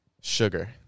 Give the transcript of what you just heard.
Sugar